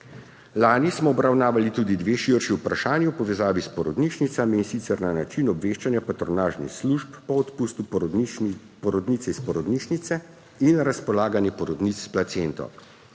Lani smo obravnavali tudi dve širši vprašanji v povezavi s porodnišnicami, in sicer na način obveščanja patronažnih služb po odpustu porodnice iz porodnišnice in razpolaganjem porodnic s placento.